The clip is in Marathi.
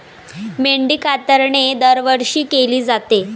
मेंढी कातरणे दरवर्षी केली जाते